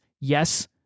Yes